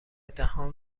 دهان